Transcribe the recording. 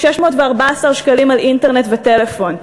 614 שקלים על אינטרנט וטלפון.